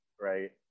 right